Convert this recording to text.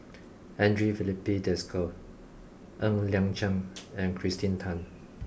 Andre Filipe Desker Ng Liang Chiang and Kirsten Tan